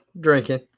drinking